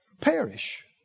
perish